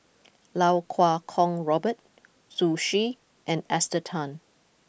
Lau Kuo Kwong Robert Zhu Xu and Esther Tan